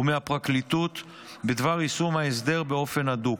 ומהפרקליטות בדבר יישום ההסדר באופן הדוק.